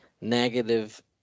Negative